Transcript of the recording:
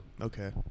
Okay